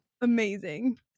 Amazing